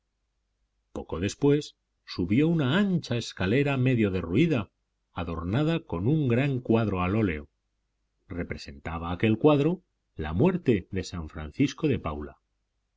poco después subió una ancha escalera medio derruida adornada con un gran cuadro al óleo representaba aquel cuadro la muerte de san francisco de paula a